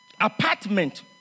Apartment